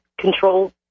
control